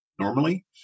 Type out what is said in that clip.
normally